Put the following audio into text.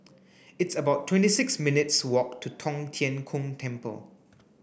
it's about twenty six minutes walk to Tong Tien Kung Temple